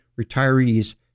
retirees